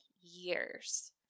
years